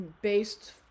based